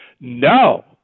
no